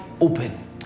open